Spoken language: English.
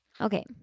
Okay